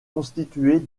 constituée